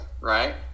right